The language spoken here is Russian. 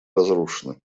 разрушена